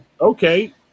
okay